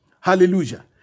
hallelujah